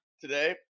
Today